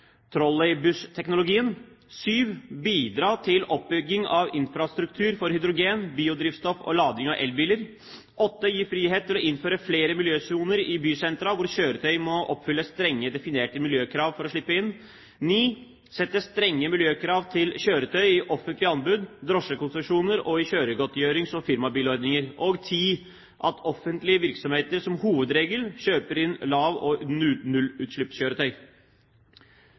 trolleybussteknologien bidra til oppbygging av infrastruktur for hydrogen, biodrivstoff og lading av elbiler gi frihet til å innføre flere miljøsoner i bysentra, hvor kjøretøy må oppfylle strenge, definerte miljøkrav for å slippe inn sette strenge miljøkrav til kjøretøy i offentlige anbud, drosjekonsesjoner og i kjøregodtgjørelser og firmabilordninger at offentlige virksomheter som hovedregel kjøper inn lav- og nullutslippskjøretøy